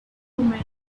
woman